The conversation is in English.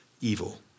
evil